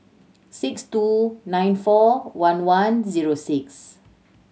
six two nine four one one zero six